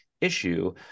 issue